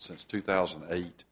since two thousand eight